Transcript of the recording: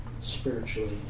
spiritually